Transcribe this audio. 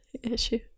Issue